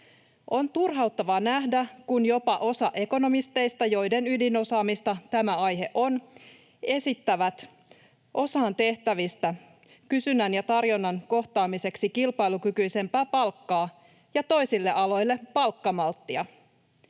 On turhauttavaa nähdä, kun jopa osa ekonomisteista, joiden ydinosaamista tämä aihe on, esittävät osaan tehtävistä kysynnän ja tarjonnan kohtaamiseksi kilpailukykyisempää palkkaa ja toisille aloille palkkamalttia.